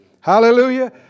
Hallelujah